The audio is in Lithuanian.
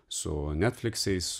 su netfliksais